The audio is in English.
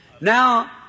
Now